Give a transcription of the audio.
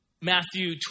Matthew